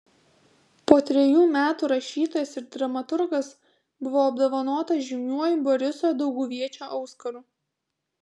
po trejų metų rašytojas ir dramaturgas buvo apdovanotas žymiuoju boriso dauguviečio auskaru